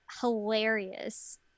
hilarious